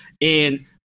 and-